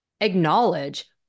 acknowledge